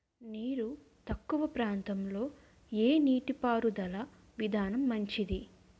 నీరు తక్కువ ప్రాంతంలో ఏ నీటిపారుదల విధానం మంచిది?